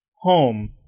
home